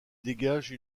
dégagent